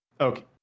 Okay